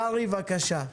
קרעי, בבקשה.